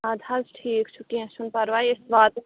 اَدٕ حظ ٹھیٖک چھُ کیٚنہہ چھُنہٕ پرواے أسۍ واتو